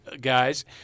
guys